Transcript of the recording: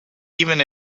even